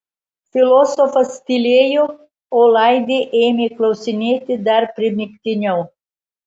filosofas tylėjo o laidė ėmė klausinėti dar primygtiniau